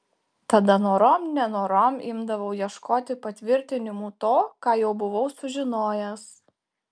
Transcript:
tada norom nenorom imdavau ieškoti patvirtinimų to ką jau buvau sužinojęs